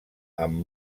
amb